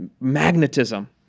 magnetism